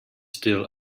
still